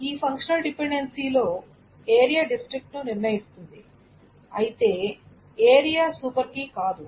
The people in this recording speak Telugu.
ఈ ఫంక్షనల్ డిపెండెన్సీ లో ఏరియా డిస్ట్రిక్ట్ ను నిర్ణయిస్తుంది అయితే ఏరియా ఒక సూపర్ కీ కాదు